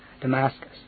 Damascus